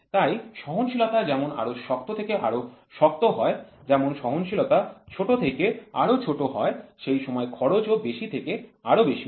তাই সহনশীলতা যেমন আরও শক্ত থেকে আরো শক্ত হয় যেমন সহনশীলতা ছোট থেকে আরও ছোট হয় সেই সময় খরচও বেশি থেকে আরো বেশি হয়